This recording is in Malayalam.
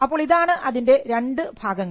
അപ്പോൾ ഇതാണ് ഇതിൻറെ രണ്ട് ഭാഗങ്ങൾ